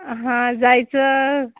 हां जायचं